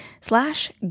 slash